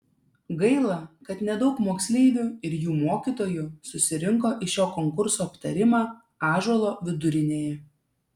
gaila kad nedaug moksleivių ir jų mokytojų susirinko į šio konkurso aptarimą ąžuolo vidurinėje